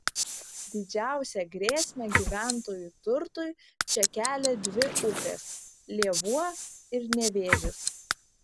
didžiausią grėsmę gyventojų turtui čia kelia dvi upės lėvuo ir nevėžis